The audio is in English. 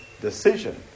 decision